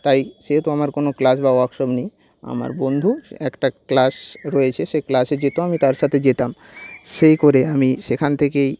তাই সেহেতু আমার কোনও ক্লাস বা ওয়ার্কশপ নেই আমার বন্ধু একটা ক্লাস রয়েছে সেই ক্লাসে যেত আমি তার সাথে যেতাম সেই করে আমি সেখান থেকেই